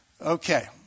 Okay